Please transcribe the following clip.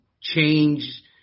change